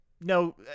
no